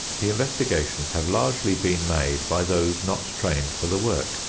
the investigations have largely been made by those not trained for the work,